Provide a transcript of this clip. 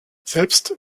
selbst